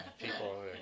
People